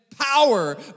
power